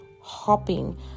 hopping